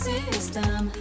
System